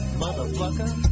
motherfucker